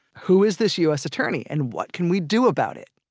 who is this u s. attorney and what can we do about it?